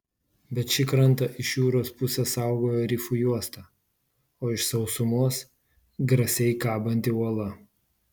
bet šį krantą iš jūros pusės saugojo rifų juosta o iš sausumos grasiai kabanti uola